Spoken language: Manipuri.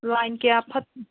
ꯂꯥꯏꯟ ꯀꯌꯥ ꯐꯠ